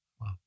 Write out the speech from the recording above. Wow